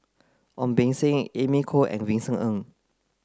Ong Beng Seng Amy Khor and Vincent Ng